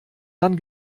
dann